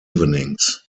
evenings